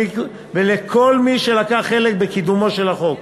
ולכל מי שלקח חלק בקידומו של החוק.